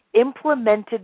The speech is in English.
implemented